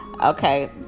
Okay